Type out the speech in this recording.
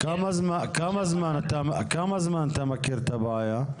כמה זמן אתה מכיר את הבעיה?